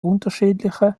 unterschiedliche